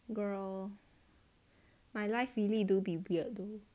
girl my life really do be weird though